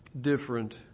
different